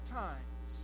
times